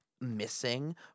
missing